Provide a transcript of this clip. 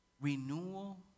Renewal